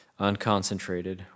unconcentrated